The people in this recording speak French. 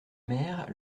maire